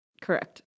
Correct